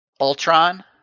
Ultron